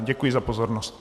Děkuji za pozornost.